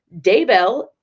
Daybell